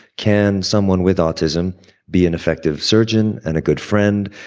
can someone with autism be an effective surgeon and a good friend?